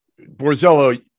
Borzello